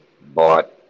bought